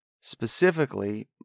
Specifically